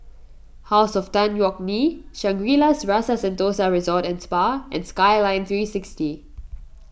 House of Tan Yeok Nee Shangri La's Rasa Sentosa Resort and Spa and Skyline three sixty